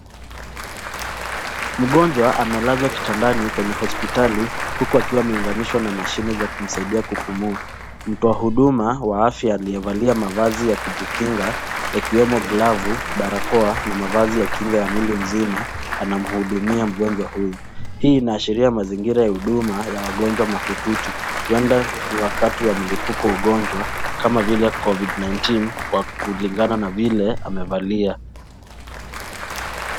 Mgonjwa amelazwa kitandani kwenye hospitali huku akiwa ameuganishwa na mashine za kumsaidia kupumua. Mtu wa huduma wa afya aliyevalia mavazi ya kujikinga yakiwemo glavu, barakoa na mavazi ya kinga ya mwili mzima, anamhudumia mgonjwa huyu. Hii inaashiria mazingira ya huduma ya wagonjwa mahututi, huenda ni wakati wa mlipuko ya ugonjwa kama vile COVID-19, kwa kulingana na vile amevalia.